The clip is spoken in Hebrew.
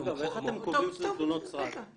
אגב, איך אתם קובעים שאלה תלונות סרק?